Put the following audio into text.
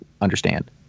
understand